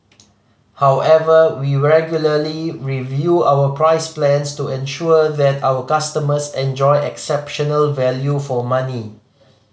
however we regularly review our price plans to ensure that our customers enjoy exceptional value for money